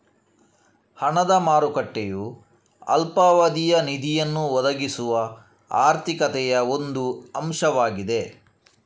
ಹಣದ ಮಾರುಕಟ್ಟೆಯು ಅಲ್ಪಾವಧಿಯ ನಿಧಿಯನ್ನು ಒದಗಿಸುವ ಆರ್ಥಿಕತೆಯ ಒಂದು ಅಂಶವಾಗಿದೆ